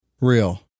real